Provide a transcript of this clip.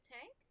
tank